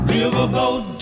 Riverboat